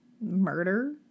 Murder